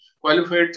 qualified